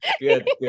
good